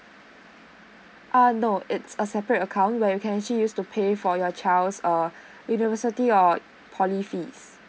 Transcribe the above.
ah no it's a separate account where you can actually used to pay for your child's uh university or poly fees